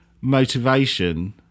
motivation